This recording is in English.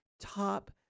top